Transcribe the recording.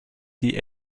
sie